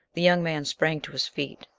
the young man sprang to his feet,